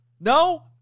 No